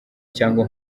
cyangwa